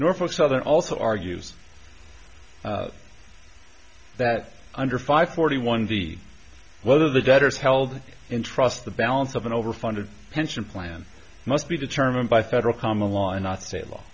norfolk southern also argues that under five forty one the whether the debtor is held in trust the balance of an overfunded pension plan must be determined by federal common law not state law